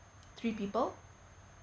three people